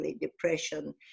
depression